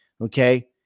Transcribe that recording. okay